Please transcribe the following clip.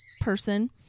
person